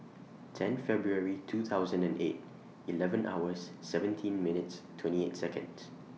ten February two thousand and eight eleven hours seventeen minutes twenty eight Seconds